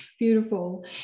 Beautiful